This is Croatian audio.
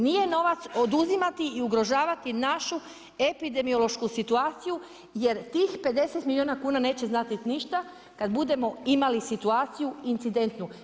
Nije novac oduzimati i ugrožavati našu epidemiološku situaciju jer tih 50 milijuna kuna neće značit ništa kad budemo imali situaciju incidentnu.